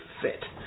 fit